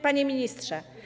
Panie Ministrze!